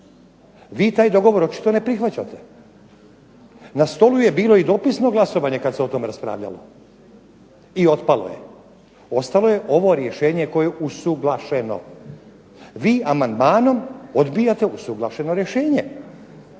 Vi taj dogovor očito ne prihvaćate. Na stolu je bilo i dopisno glasovanje kada se o tome raspravljalo i otpalo je. Ostalo je ovo rješenje koje je usuglašeno. Vi amandmanom odbijate usuglašeno rješenje.